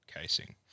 casing